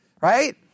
right